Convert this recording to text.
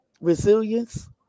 resilience